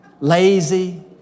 lazy